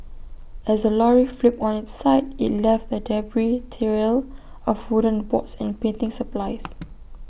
as the lorry flipped on its side IT left A debris trail of wooden boards and painting supplies